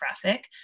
traffic